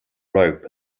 rope